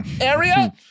area